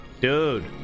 Dude